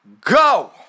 go